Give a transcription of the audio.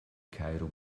kairo